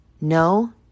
No